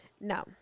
No